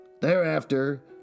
Thereafter